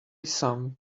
some